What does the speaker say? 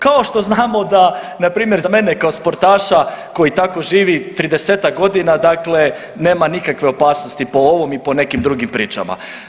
Kao što znamo da npr. za mene kao sportaša koji tako živi 30-ak godina, dakle nema nikakve opasnosti po ovom i po nekim drugim pričama.